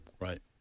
Right